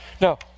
No